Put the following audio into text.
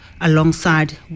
alongside